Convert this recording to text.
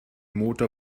motor